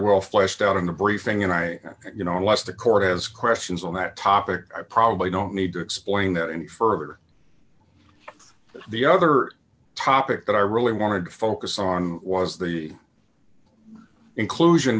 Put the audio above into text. well fleshed out in the briefing and i you know unless the court has questions on that topic i probably don't need to explain that any further than the other topic that i really wanted to focus on was the inclusion